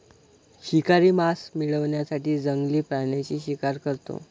शिकारी मांस मिळवण्यासाठी जंगली प्राण्यांची शिकार करतो